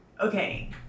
okay